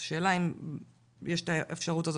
אז השאלה האם יש את האפשרות הזאת,